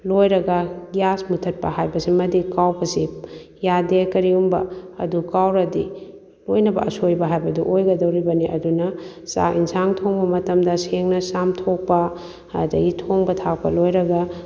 ꯂꯣꯏꯔꯒ ꯒ꯭ꯌꯥꯁ ꯃꯨꯊꯠꯄ ꯍꯥꯏꯕꯁꯤꯃꯗꯤ ꯀꯥꯎꯕꯁꯤ ꯌꯥꯗꯦ ꯀꯔꯤꯒꯨꯝꯕ ꯑꯗꯨ ꯀꯥꯎꯔꯗꯤ ꯂꯣꯏꯅꯕꯛ ꯑꯁꯣꯏꯕ ꯍꯥꯏꯕꯗꯣ ꯑꯣꯏꯒꯗꯧꯔꯤꯕꯅꯤ ꯑꯗꯨꯅ ꯆꯥꯛ ꯌꯦꯟꯁꯥꯡ ꯊꯣꯡꯕ ꯃꯇꯝꯗ ꯁꯦꯡꯅ ꯆꯥꯝꯊꯣꯛꯄ ꯑꯗꯨꯗꯩ ꯊꯣꯡꯕ ꯊꯥꯛꯄ ꯂꯣꯏꯔꯒ